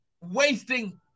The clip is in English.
wasting